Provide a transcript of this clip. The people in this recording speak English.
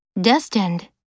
Destined